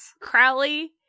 Crowley